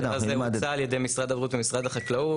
ההסדר הזה הוצע על ידי משרד הבריאות ומשרד החקלאות.